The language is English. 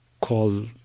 call